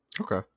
okay